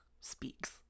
speaks